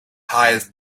hires